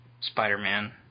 Spider-Man